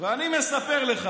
ואני מספר לך